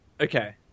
Okay